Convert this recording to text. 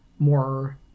more